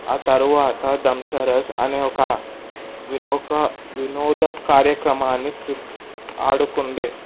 ఆ తరువాత ధమ్షర్ఆర్ట్స్ వినోక వినోద కార్యక్రమాన్ని కృ ఆడుకుండే